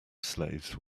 slaves